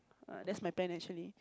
err that's my plan actually